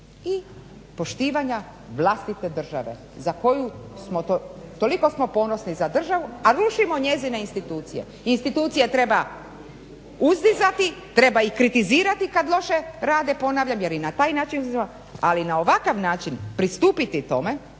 i poštivanja vlastite države za koju smo, toliko smo ponosni za državu a rušimo njezine institucije. Institucije treba uzdizati, treba ih kritizirati kad loše rade ponavljam na taj način izaziva, ali na ovakav način pristupiti tome